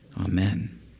Amen